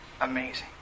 Amazing